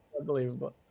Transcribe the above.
unbelievable